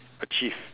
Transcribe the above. achieve